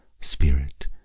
spirit